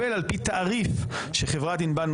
אני רוצה לחדד מבחינת שם החוק,